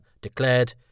declared